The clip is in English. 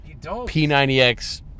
P90X